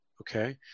okay